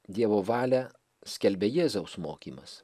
dievo valią skelbia jėzaus mokymas